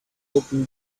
open